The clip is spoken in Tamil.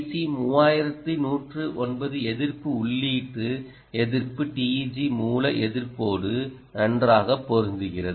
சி 3109 எதிர்ப்பு உள்ளீட்டு எதிர்ப்பு TEG மூல எதிர்ப்போடு நன்றாக பொருந்துகிறது